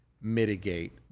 mitigate